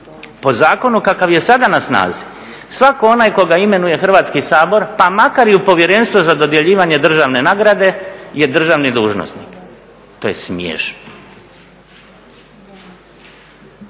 Po zakonu kakav je sada na snazi svako onaj koga imenuje Hrvatski sabor pa makar i u Povjerenstvo za dodjeljivanje državne nagrade je državni dužnosnik, to je smiješno.